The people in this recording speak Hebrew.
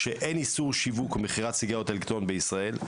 שאין איסור שיווק ומכירת סיגריות אלקטרוניות בישראל.